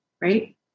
right